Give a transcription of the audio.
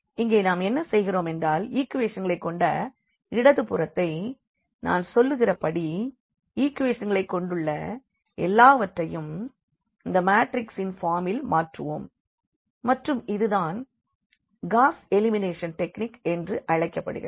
எனவே இங்கே நாம் என்ன செய்கிறோமென்றால் ஈக்குவேஷன்களை கொண்ட இடதுபுறத்தை நான் சொல்லுகிறபடி ஈக்குவேஷன்களைக் கொண்டுள்ள எல்லாவற்றையும் இந்த மேட்ரிக்ஸின் பார்மில் மாற்றுவோம் மற்றும் இது தான் காஸ் எலிமினேஷன் டெக்னிக் என்று அழைக்கப்படுகிறது